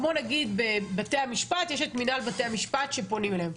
כמו נגיד בבתי המשפט יש את מנהל בתי המשפט שפונים אליהם.